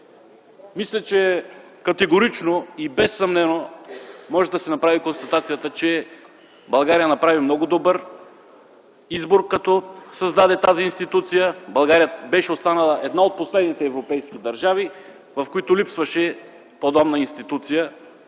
Мисля, че категорично и несъмнено може да се направи констатацията, че България направи много добър избор, като създаде тази институция. България беше останала една от последните европейски държави, в които липсваше подобна институция